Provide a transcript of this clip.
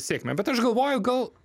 sėkmę bet aš galvoju gal